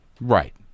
right